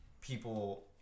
people